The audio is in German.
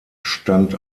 stand